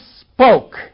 spoke